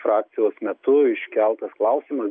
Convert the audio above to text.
frakcijos metu iškeltas klausimas